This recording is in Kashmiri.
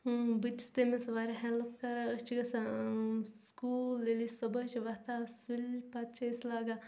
بہٕ تہِ چھِس تٔمِس واریاہ ہٮ۪لٕپ کَران أسۍ چھِ گَژھان سکوٗل ییٚلہِ أسۍ صُبحٲے چھِ وَتھان سُلۍ پَتہٕ چھِ أسۍ لاگان